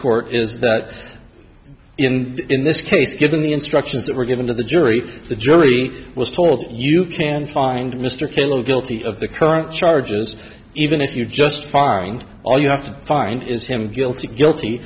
court is that in this case given the instructions that were given to the jury the jury was told you can find mr kendall guilty of the current charges even if you just find all you have to find is him guilty guilty